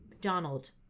Donald